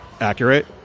accurate